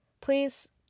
please